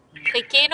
חלבי.